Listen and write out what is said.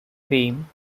fame